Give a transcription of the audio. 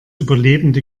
überlebende